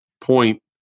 point